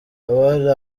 abari